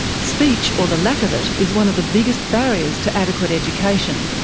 speech, or the lack of it, is one of the biggest barriers to adequate education,